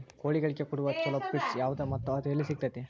ಕೋಳಿಗಳಿಗೆ ಕೊಡುವ ಛಲೋ ಪಿಡ್ಸ್ ಯಾವದ ಮತ್ತ ಅದ ಎಲ್ಲಿ ಸಿಗತೇತಿ?